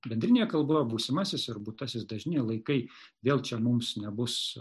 bendrinėje kalboje būsimasis ir būtasis dažniniai laikai vėl čia mums nebus